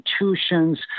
institutions